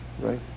right